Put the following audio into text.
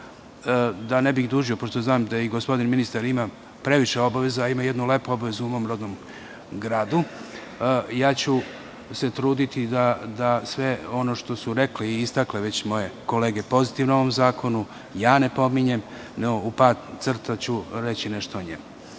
Da ne bih dužio, pošto znam da gospodin ministar ima previše obaveza, a ima i jednu lepu obavezu u mom rodnom gradu, ja ću se truditi da sve ono što su rekle i istakle već moje kolege pozitivno o ovom zakonu, ja ne ponavljam, nego ću u par crta reći nešto o